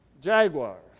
jaguars